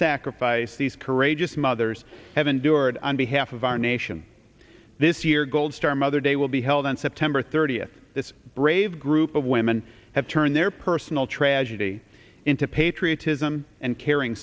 sacrifice these courageous mothers have endured on behalf of our nation this year gold star mother day will be held on september thirtieth this brave group of women have turned their personal tragedy into patriotism and caring